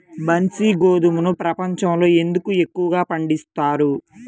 బన్సీ గోధుమను ప్రపంచంలో ఎందుకు ఎక్కువగా పండిస్తారు?